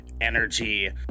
Energy